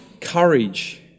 courage